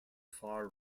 far